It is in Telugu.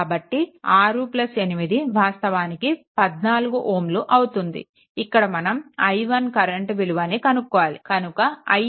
కాబట్టి 6 8 వాస్తవానికి 14 Ω అవుతుంది ఇక్కడ మనం i1 కరెంట్ విలువని కనుక్కోవాలి కనుక i i1 i2 i3